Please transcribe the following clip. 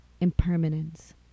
impermanence